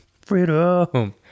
Freedom